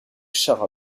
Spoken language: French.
char